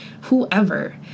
whoever